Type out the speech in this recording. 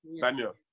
Daniel